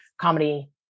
comedy